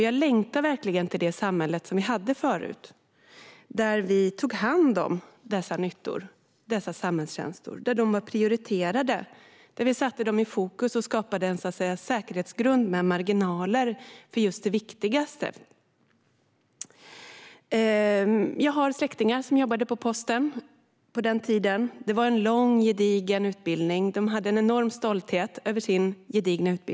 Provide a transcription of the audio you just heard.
Jag längtar verkligen till det samhälle vi hade förut, där vi tog hand om dessa nyttor och samhällstjänster och där de var prioriterade. Vi satte dem i fokus och skapade en säkerhetsgrund med marginaler för just det viktigaste. Jag har släktingar som jobbade på posten på den tiden. Det krävdes en lång, gedigen utbildning, som de var enormt stolta över.